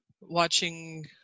watching